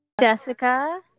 Jessica